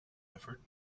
effort